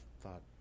thought